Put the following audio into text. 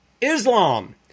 Islam